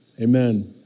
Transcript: Amen